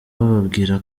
bababwira